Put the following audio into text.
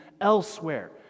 elsewhere